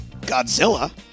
Godzilla